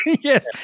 Yes